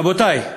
רבותי,